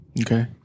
Okay